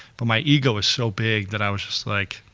but my ego was so big that i was just like,